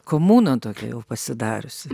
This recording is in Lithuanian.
komuna tokia jau pasidariusi